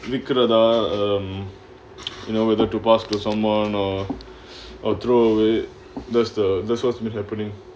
விக்கரதா:vikkarathaa um you know whether to pass to someone or or throw away that's the that's what's been happening